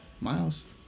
Miles